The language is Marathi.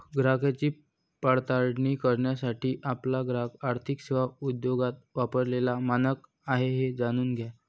ग्राहकांची पडताळणी करण्यासाठी आपला ग्राहक आर्थिक सेवा उद्योगात वापरलेला मानक आहे हे जाणून घ्या